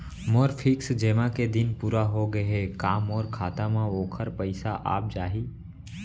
मोर fix जेमा के दिन पूरा होगे हे का मोर खाता म वोखर पइसा आप जाही?